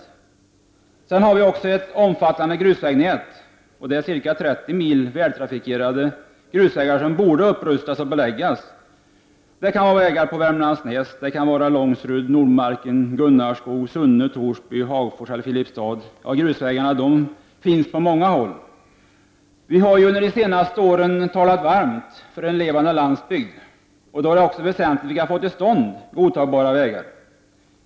Dessutom har vi ett omfattande grusvägnät. Ca 30 mil vältrafikerade grusvägar borde rustas upp och asfaltbeläggas. Det kan vara vägar på Värmlandsnäs, kring Långserud, Nordmarken, Gunnarskog, Sunne, Torsby, Hagfors eller Filipstad. Ja, de dåliga grusvägarna förekommer på många håll. Vi har under de senaste åren talat varmt för en levande landsbygd. Då är det också väsentligt att få till stånd vägar av godtagbar standard.